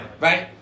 right